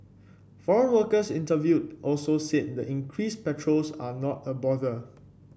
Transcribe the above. foreign workers interviewed also said the increased patrols are not a bother